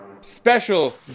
special